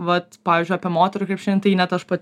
vat pavyzdžiui apie moterų krepšinį net aš pati